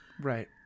right